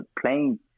playing